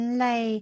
lay